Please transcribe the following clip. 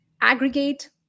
aggregate